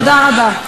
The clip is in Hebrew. תודה רבה.